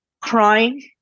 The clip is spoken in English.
crying